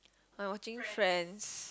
I watching Friends